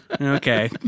Okay